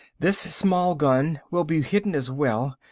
this small gun will be hidden as well,